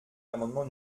l’amendement